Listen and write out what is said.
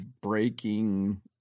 breaking